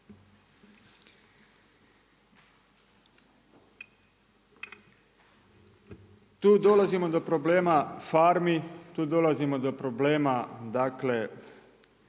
Tu dolazimo do problema farmi, tu dolazimo do problema dakle